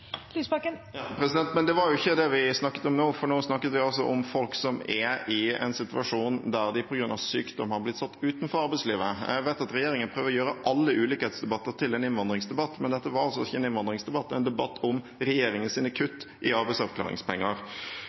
Lysbakken – til oppfølgingsspørsmål. Men det var ikke det vi snakket om nå, for nå snakket vi om folk som er i en situasjon der de på grunn av sykdom har blitt satt utenfor arbeidslivet. Jeg vet at regjeringen prøver å gjøre alle ulikhetsdebatter til en innvandringsdebatt, men dette var altså ingen innvandringsdebatt. Det er en debatt om regjeringens kutt i arbeidsavklaringspenger.